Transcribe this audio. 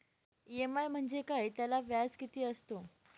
EMI म्हणजे काय? त्याला व्याज किती असतो?